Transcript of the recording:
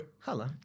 hello